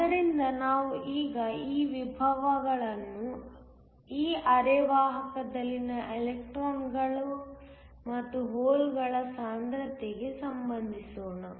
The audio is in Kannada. ಆದ್ದರಿಂದ ನಾವು ಈಗ ಈ ವಿಭವಗಳನ್ನು ಈ ಅರೆವಾಹಕದಲ್ಲಿನ ಎಲೆಕ್ಟ್ರಾನ್ಗಳು ಮತ್ತು ಹೋಲ್ಗಳ ಸಾಂದ್ರತೆಗೆ ಸಂಬಂಧಿಸೋಣ